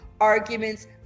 arguments